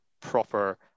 proper